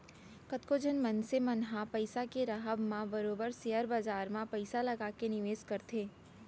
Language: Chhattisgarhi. कतको झन मनसे मन ह पइसा के राहब म बरोबर सेयर बजार म पइसा लगा के निवेस करथे